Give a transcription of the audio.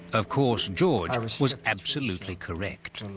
of course george was absolutely correct.